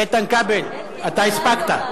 איתן כבל, אתה הספקת?